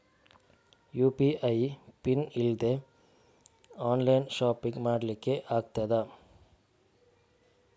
UPI PIN ಇಲ್ದೆ online shopping ಮಾಡ್ಲಿಕ್ಕೆ ಆಗ್ತದಾ?